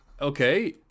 Okay